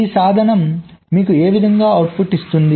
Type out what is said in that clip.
ఈ సాధనం మీకు ఏ విధమైన అవుట్పుట్గా ఇస్తుంది